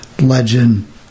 Legend